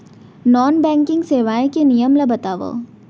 Non banking सेवाएं के नियम ला बतावव?